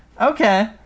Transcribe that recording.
Okay